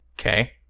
Okay